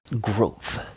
growth